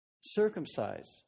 circumcise